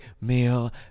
meal